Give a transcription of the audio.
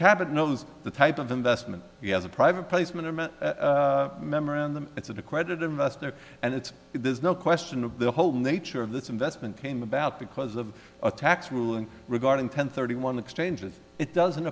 cabot knows the type of investment he has a private placement memorandum it's an accredited investor and it's there's no question of the whole nature of this investment came about because of a tax ruling regarding ten thirty one exchanges it doesn't